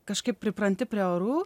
kažkaip pripranti prie orų